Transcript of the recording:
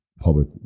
public